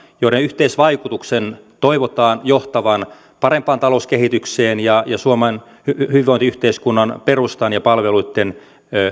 joiden yhteisvaikutuksen toivotaan johtavan parempaan talouskehitykseen ja suomen hyvinvointiyhteiskunnan perustan ja palveluitten